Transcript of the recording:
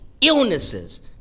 illnesses